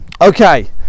Okay